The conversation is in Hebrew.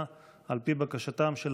יקר,